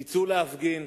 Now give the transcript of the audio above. צאו להפגין,